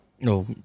No